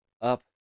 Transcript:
up